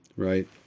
Right